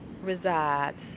resides